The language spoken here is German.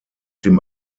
dem